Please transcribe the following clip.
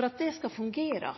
For at det skal